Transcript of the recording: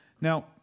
Now